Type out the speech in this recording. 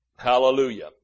Hallelujah